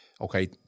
Okay